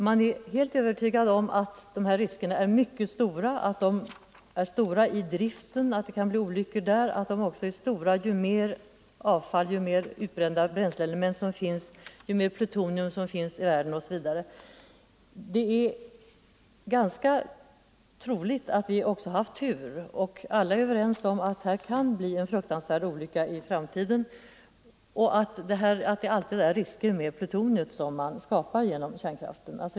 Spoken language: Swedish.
Man är helt övertygad om att riskerna är mycket stora i driften — att det kan bli olyckor där — och att de är större ju mer avfall, ju mer utbrända bränsleelement som finns, ju mer plutonium som finns i världen. Det är ganska troligt att vi också har haft tur. Alla är överens om att det kan bli en fruktansvärd olycka i framtiden och att det alltid är risker med plutonium, som man skapar genom kärnkraften.